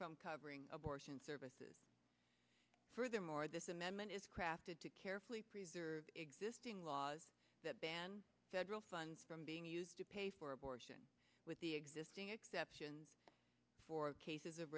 from covering abortion services furthermore this amendment is crafted to carefully preserved existing laws that ban federal funds from being used to pay for abortion with the existing exceptions for cases of